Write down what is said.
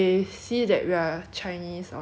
they know then they will just like oh 你好